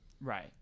Right